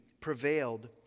prevailed